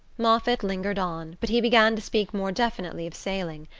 moffatt lingered on but he began to speak more definitely of sailing,